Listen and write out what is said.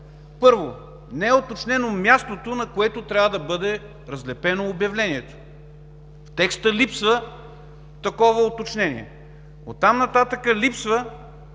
първо, не е уточнено мястото, на което трябва да бъде разлепено обявлението. В текста липсва такова уточнение. Второ, липсва